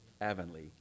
Avonlea